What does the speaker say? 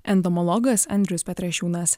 entomologas andrius petrašiūnas